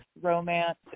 romance